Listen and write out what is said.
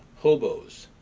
hobos,